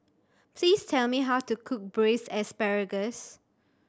please tell me how to cook Braised Asparagus